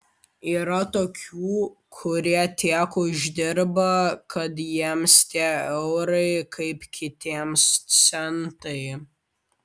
yra tokių kurie tiek uždirba kad jiems tie eurai kaip kitiems centai